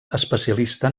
especialista